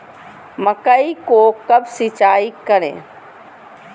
मकई को कब सिंचाई करे?